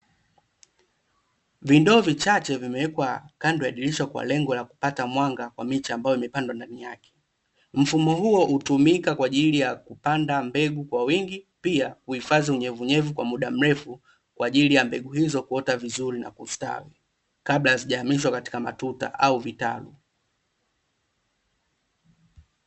Vindoo vichache vimewekwa kando ya dirisha kwa lengo la kupata mwanga kwa miche ambayo imepandwa ndani yake. Mfumo huu hutumika kwaajili ya kupanda mbegu kwa wingi, pia kuhifadhi unyevu unyevu kwa mda mrefu, kwaajili ya mbegu hizo kuota vizuri na kustawi kabla hazijahamishwa katika matuta au vitalu.